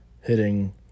hitting